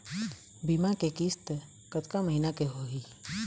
बीमा के किस्त कतका महीना के होही?